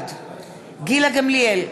בעד גילה גמליאל,